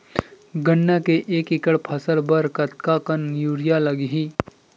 गन्ना के एक एकड़ फसल बर कतका कन यूरिया लगही?